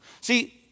See